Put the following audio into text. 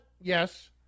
Yes